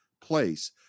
place